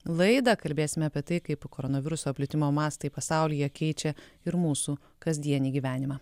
laidą kalbėsime apie tai kaip koronaviruso plitimo mastai pasaulyje keičia ir mūsų kasdienį gyvenimą